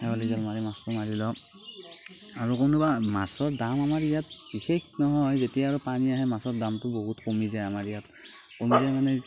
খেৱালী জাল মাৰি মাছটো মাৰি লওঁ আৰু কোনোবা মাছৰ দাম আমাৰ ইয়াত বিশেষ নহয় যেতিয়া আৰু পানী আহে মাছৰ দামটো বহুত কমি যায় আমাৰ ইয়াত কমি যায় মানে